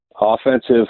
offensive